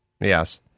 Yes